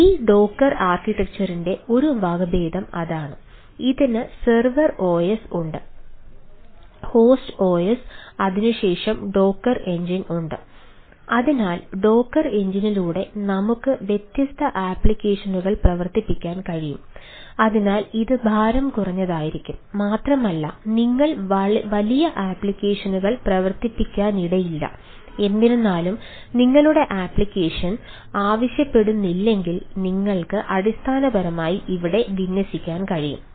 ഈ ഡോക്കർ ആവശ്യപ്പെടുന്നില്ലെങ്കിൽ നിങ്ങൾക്ക് അടിസ്ഥാനപരമായി ഇവിടെ വിന്യസിക്കാൻ കഴിയും